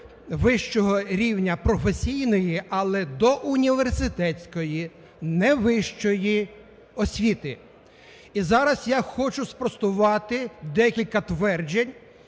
вищого рівня професійної, але до університетської, не вищої освіти. І зараз я хочу спростувати декілька тверджень,